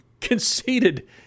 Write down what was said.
conceded